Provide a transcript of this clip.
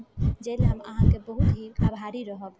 जेहिले हम अहाँके बहुत ही आभारी रहब